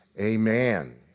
Amen